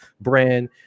brand